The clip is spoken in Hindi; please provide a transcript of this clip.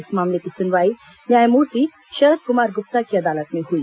इस मामले की सुनवाई न्यायमूर्ति शरद कुमार गुप्ता की अदालत में हुई